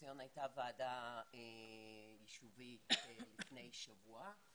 לציון הייתה ועדה יישובית לפני שבוע,